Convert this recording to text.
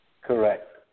Correct